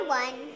one